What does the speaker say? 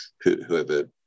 whoever